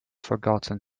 forgotten